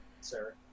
Sir